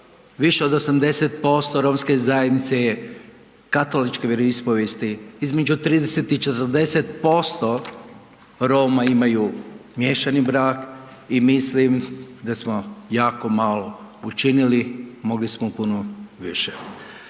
Više od 80% romske zajednice je katoličke vjeroispovijesti, između 30 i 40% Roma imaju miješani brak i mislim da smo jako malo učinili, mogli smo puno više.